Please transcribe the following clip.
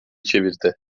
çevirdi